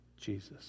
Jesus